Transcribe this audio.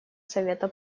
совета